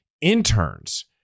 interns